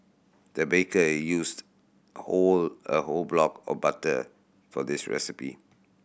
the baker used whole a whole block of butter for this recipe